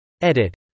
Edit